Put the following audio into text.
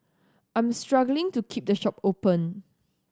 I am struggling to keep the shop open